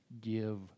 give